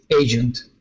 agent